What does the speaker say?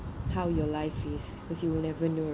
how your life is cause you will never know